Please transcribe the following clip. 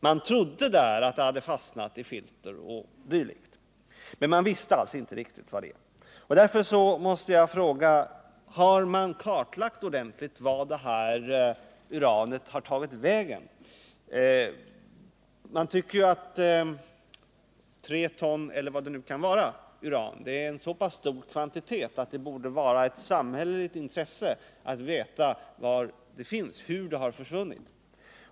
Man trodde där att det hade fastnat i filter o.d., men man visste inte riktigt säkert. Därför måste jag fråga: Har det ordentligt kartlagts vart uranet tagit vägen? Man tycker ju att 3 ton uran, eller hur mycket det nu kan vara, är en så pass stor kvantitet att det borde vara ett samhälleligt intresse att veta var det finns och hur det har försvunnit.